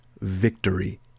victory